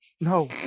No